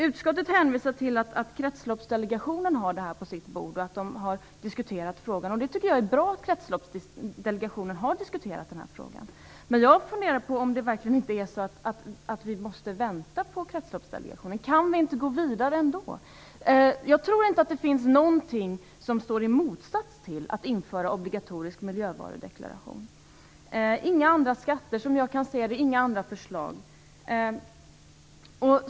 Utskottet hänvisar till att Kretsloppsdelegationen har den frågan på sitt bord och har diskuterat den. Det är bra att Kretsloppsdelegationen har diskuterat frågan, men jag undrar om det verkligen är så att vi måste vänta. Kan vi inte gå vidare ändå? Jag tror inte att det finns någonting som står i motsats till att införa en obligatorisk miljövarudeklaration. Det är inga andra skatter, och det finns inga andra förslag.